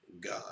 God